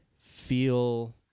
feel